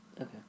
Okay